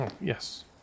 Yes